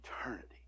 eternity